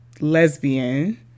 lesbian